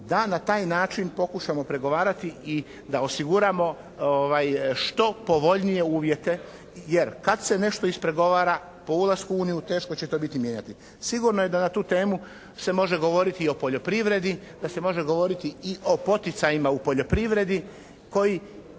da na taj način pokušamo pregovarati i da osiguramo što povoljnije uvjete. Jer kad se nešto ispregovara po ulasku u Uniju teško će to biti mijenjati. Sigurno je da na tu temu se može govoriti i o poljoprivredi, da se može govoriti i o poticajima u poljoprivredi koji,